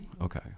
Okay